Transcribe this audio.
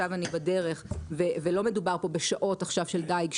עכשיו אני בדרך ולא מדובר כאן בשעות של דיג,